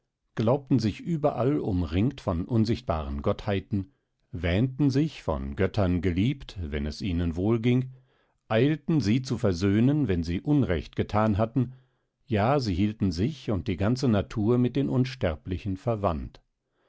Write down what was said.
glaubten sich überall umringt von unsichtbaren gottheiten wähnten sich von göttern geliebt wenn es ihnen wohl ging eilten sie zu versöhnen wenn sie unrecht gethan hatten ja sie hielten sich und die ganze natur mit den unsterblichen verwandt